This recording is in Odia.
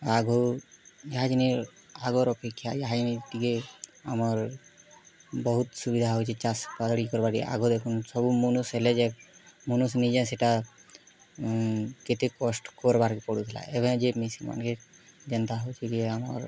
ଆଘୁ ଇହାଛିନି ଆଗର୍ ଅପେକ୍ଷା ଇହାଛିନି ଟିକେ ଆମର୍ ବହୁତ୍ ସୁବିଧା ହୋଉଛେ ଚାଷ୍ କରିବାକେ ଆଗ ଦେଖୁନ୍ ସବୁ ମନୁଷ୍ ହେଲେ ଯେ ମନୁଷ୍ ନିଜେ ସେଟା କେତେ କଷ୍ଟ୍ କର୍ବାର୍କେ ପଡ଼ୁଥିଲା ଏବେ ଯେ ମେସିନ୍ ମାନ୍କେ ଯେନ୍ତା ହୋଉଛେ କି ଆମର୍